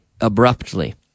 abruptly